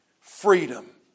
freedom